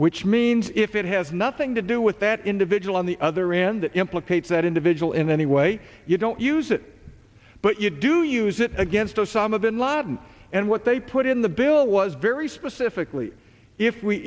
which means if it has nothing to do with that individual on the other end that implicates that individual in any way you don't use it but you do use it against osama bin laden and what they put in the bill was very specifically if we